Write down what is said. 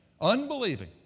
unbelieving